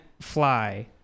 fly